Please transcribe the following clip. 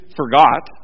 forgot